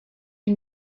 you